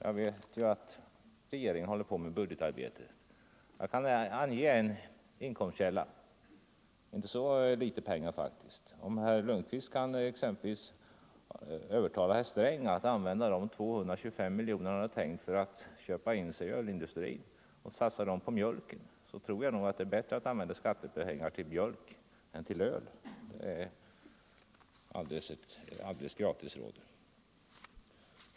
Jag vet ju att regeringen håller på med budgetarbetet, och jag kan ange en inkomstkälla — det gäller inte så litet pengar, faktiskt. Kanske herr Lundkvist kan övertala herr Sträng att satsa de 225 miljoner, som han har tänkt köpa in sig i ölindustrin för, på mjölken? Jag tror att det är bättre att använda skattepengar till mjölk än till öl. Det rådet ger jag alldeles gratis.